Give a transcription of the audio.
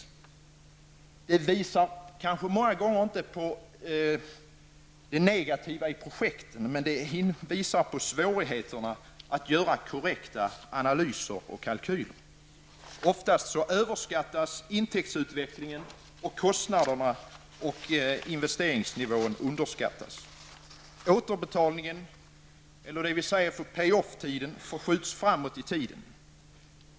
Många gånger visar det kanske inte på det negativa i projektet, men det visar på svårigheterna att göra korrekta analyser och kalkyler. Oftast överskattas intäktsutvecklingen, medan kostnaderna och investeringsnivån underskattas. Återbetalningseller, som vi säger, pay off-tiden förskjuts framåt.